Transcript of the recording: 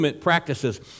Practices